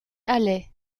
alais